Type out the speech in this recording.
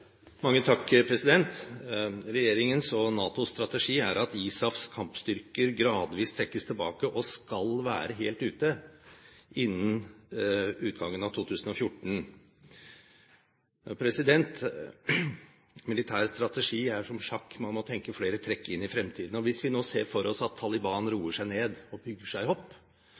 at ISAFs kampstyrker gradvis trekkes tilbake og skal være helt ute innen utgangen av 2014. Militær strategi er som sjakk, man må tenke flere trekk inn i fremtiden. Og hvis vi nå ser for oss at Taliban roer seg ned og bygger seg